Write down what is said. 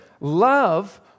love